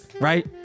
right